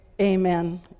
amen